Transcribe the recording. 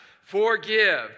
Forgive